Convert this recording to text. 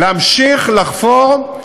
להמשיך לחפור,